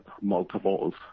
multiples